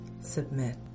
submit